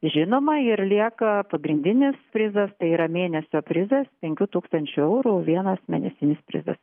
žinoma ir lieka pagrindinis prizas tai yra mėnesio prizas penkių tūkstančių eurų vienas mėnesinis prizas